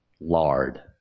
lard